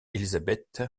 elizabeth